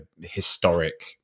historic